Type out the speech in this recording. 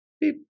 beep